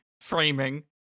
framing